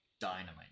dynamite